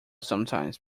sometimes